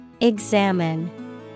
Examine